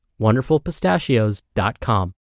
wonderfulpistachios.com